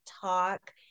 talk